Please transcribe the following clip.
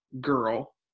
girl